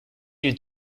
d’une